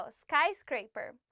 skyscraper